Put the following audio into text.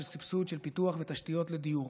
לסבסוד של פיתוח ותשתיות לדיור,